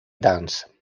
dance